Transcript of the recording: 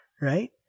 right